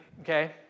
okay